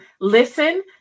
listen